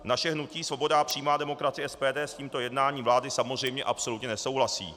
Naše hnutí Svoboda a přímá demokracie SPD s tímto jednáním vlády samozřejmě absolutně nesouhlasí.